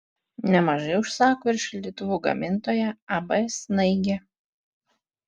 nemažai užsako ir šaldytuvų gamintoja ab snaigė